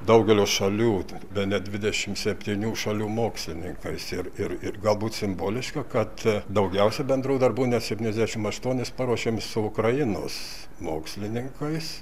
daugeliu šalių bene dvidešimt septynių šalių mokslininkais ir ir ir galbūt simboliška kad daugiausia bendrų darbų net septyniasdešimt aštuonis paruošėm su ukrainos mokslininkais